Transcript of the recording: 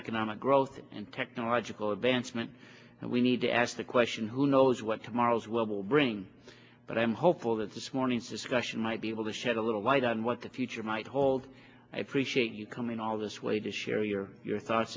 economic growth and technological advancement and we need to ask the question who knows what tomorrow's world will bring but i'm hopeful that this morning's discussion might be able to shed a little light on what the future might hold i appreciate you coming all this way to share your your thoughts